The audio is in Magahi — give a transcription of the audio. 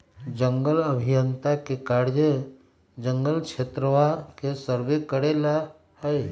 जंगल अभियंता के कार्य जंगल क्षेत्रवा के सर्वे करे ला हई